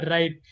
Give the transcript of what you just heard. Right